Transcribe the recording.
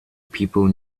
people